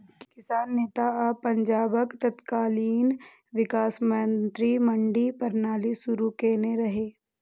किसान नेता आ पंजाबक तत्कालीन विकास मंत्री मंडी प्रणाली शुरू केने रहै